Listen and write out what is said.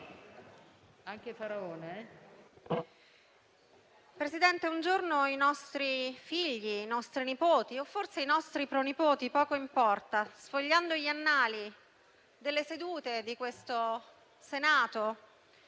Presidente, un giorno i nostri figli, i nostri nipoti o forse i nostri pronipoti, sfogliando gli annali delle sedute di questo Senato